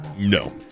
No